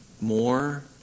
more